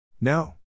No